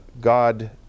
God